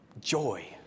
joy